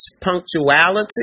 Punctuality